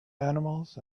animals